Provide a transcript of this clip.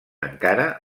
encara